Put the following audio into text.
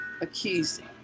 Accusing